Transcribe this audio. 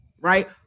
Right